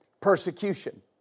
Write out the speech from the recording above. Persecution